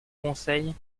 conseils